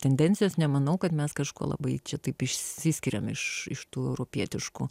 tendencijos nemanau kad mes kažko labai čia taip išsiskiriam iš tų europietiškų